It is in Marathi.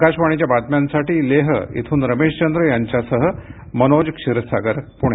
आकाशवाणीच्या बातम्यांसाठी लेह इथून रमेश चंद्र यांच्यासह मनोज क्षीरसागर पुणे